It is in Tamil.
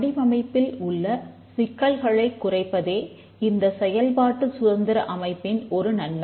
வடிவமைப்பில் உள்ள சிக்கல்களைக் குறைப்பதே இந்த செயல்பாட்டுச் சுதந்திர அமைப்பின் ஒரு நன்மை